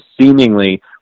seemingly